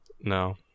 No